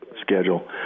schedule